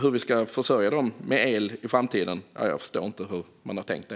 Jag förstår inte hur man har tänkt att försörja dem med el i framtiden.